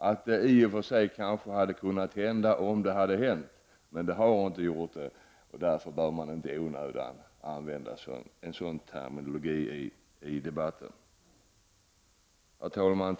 De hade i och för sig kunnat inträffa, men så var inte fallet. Man bör inte i onödan använda en sådan terminologi i debatten. Herr talman!